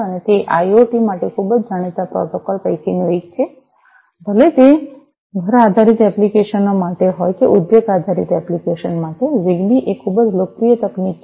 અને તે આઇઓટી માટે ખૂબ જ જાણીતા પ્રોટોકોલ પૈકીનું એક છે ભલે તે ઘર આધારિત એપ્લિકેશનો માટે હોય કે ઉદ્યોગ આધારિત એપ્લિકેશન માટે જીગબી એ ખૂબ જ લોકપ્રિય તકનીક છે